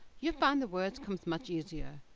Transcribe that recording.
you'll find the words come much easier.